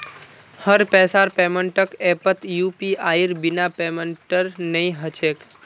हर पैसार पेमेंटक ऐपत यूपीआईर बिना पेमेंटेर नइ ह छेक